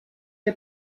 que